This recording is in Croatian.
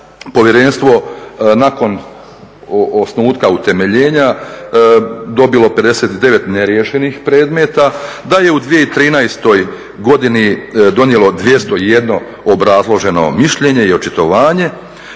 Povjerenstvo nakon osnutka utemeljenja dobilo 59 neriješenih predmeta, da je u 2013. godini donijelo 201 obrazloženo mišljenje i očitovanje,